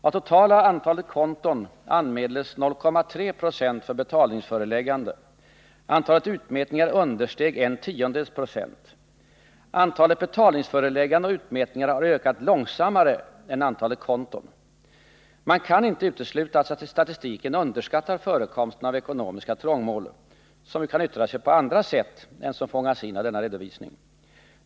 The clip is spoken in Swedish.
Av totala antalet konton anmäldes 0,3 960 för betalningsföreläggande. Antalet utmätningar understeg 0,1 96. Antalet betalningsförelägganden och utmätningar har ökat långsammare än antalet konton. Man kan inte utesluta att statistiken underskattar förekomsten av ekonomiska trångmål, som ju kan yttra sig på andra sätt än som fångas in i denna redovisning.